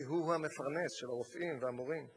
הוא הוא המפרנס של הרופאים והמורים.